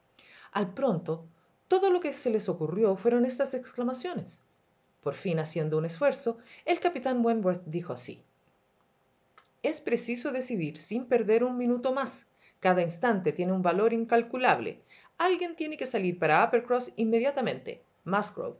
al pronto todo lo que se les ocurrió fueron estas exclamaciones por fin haciendo un esfuerzo el capitán wentworth dijo así e preciso decidir sin perder un minuto más cada instante tiene un valor incalculable alguien tiene que salir para uppercross inmediatamente